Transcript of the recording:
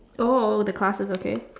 oh the classes okay